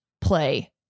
play